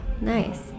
Nice